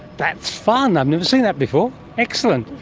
that's fun, i've never seen that before. excellent.